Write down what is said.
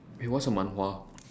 wait what's a manhwa